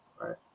right